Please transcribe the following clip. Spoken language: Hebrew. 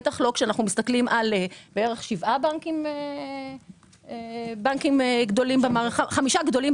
בטח לא כשאנחנו מסתכלים בערך על חמישה גדולים במערכת,